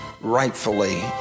rightfully